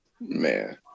Man